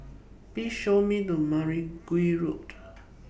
Please Show Me The Mergui Road